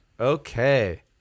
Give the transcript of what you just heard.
Okay